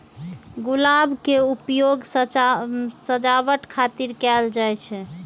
गुलाब के उपयोग सजावट खातिर कैल जाइ छै